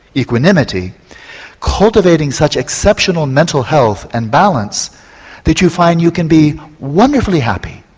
equanimity cultivating such exceptional mental health and balance that you find you could be wonderfully happy,